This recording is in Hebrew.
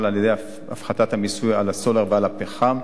על-ידי הפחתת המיסוי על הסולר ועל הפחם.